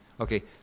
Okay